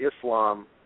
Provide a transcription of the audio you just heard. Islam